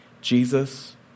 Jesus